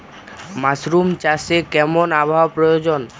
Mushroom চাষে কেমন আবহাওয়ার প্রয়োজন?